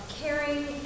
caring